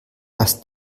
was